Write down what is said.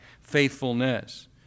faithfulness